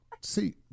See